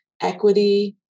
equity